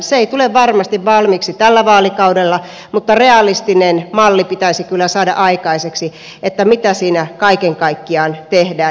se ei tule varmasti valmiiksi tällä vaalikaudella mutta realistinen malli pitäisi kyllä saada aikaiseksi että mitä siinä kaiken kaikkiaan tehdään